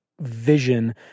vision